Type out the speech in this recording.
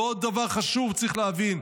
ועוד דבר חשוב צריך להבין: